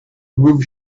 groove